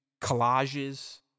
collages